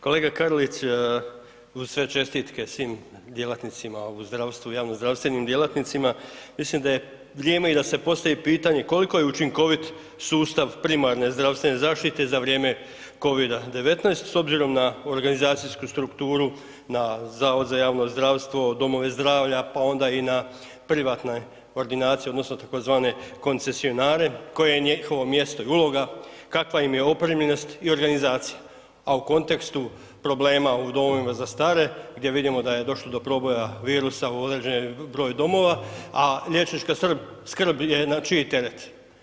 Kolega Karlić, uz sve čestitke svim djelatnicima u zdravstvu i javnozdravstvenim djelatnicima, mislim da je vrijeme i da se postavi pitanje koliko je učinkovit sustav primarne zdravstvene zaštite za vrijeme COVID-19 s obzirom na organizacijsku strukturu na HZJZ, domove zdravlja pa onda i na privatne ordinacije tzv. koncesionare koje je njihovo mjesto i uloga, kakva im je opremljenost i organizacija, a u kontekstu problema u domovima za stare gdje vidimo da je došlo do proboja virusa u određeni broj domova, a liječnička skrb je na čiji teret.